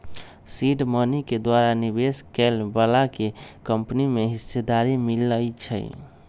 seed money के द्वारा निवेश करए बलाके कंपनी में हिस्सेदारी मिलइ छइ